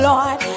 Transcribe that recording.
Lord